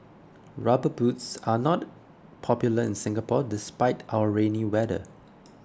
rubber boots are not popular in Singapore despite our rainy weather